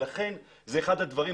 לכן זה אחד הדברים,